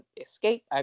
escape